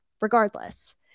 regardless